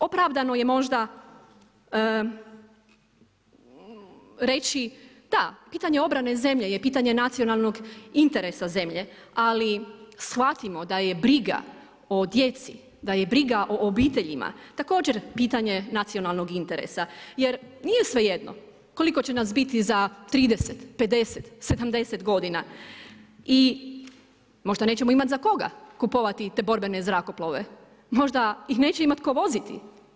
Opravdano je možda reći da, pitanje obrane zemlje je pitanje nacionalnog interesa zemlje ali shvatimo da je briga o djeci, da je briga o obitelji, također pitanje nacionalnog interesa jer nije svejedno koliko će nas biti za 30, 50, 70 godina i možda nećemo imati za koga kupovati te borbene zrakoplove, možda ih neće imati tko voziti.